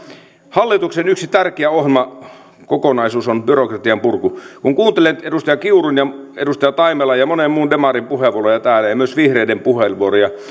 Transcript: hallituksen yksi tärkeä ohjelmakokonaisuus on byrokratian purku kun kuuntelee nyt edustaja kiurun ja edustaja taimelan ja monen muun demarin puheenvuoroja täällä ja myös vihreiden puheenvuoroja